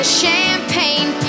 champagne